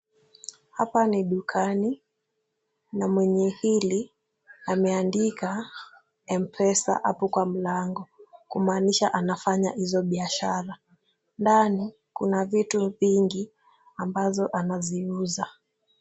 Hapa ni dukani na mwenye hili ameandika Mpesa hapo kwa mlango, kumaanisha anafanya hizo biashara, ndani kuna vitu vingi ambazo anaziuza.